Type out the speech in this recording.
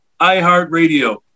iHeartRadio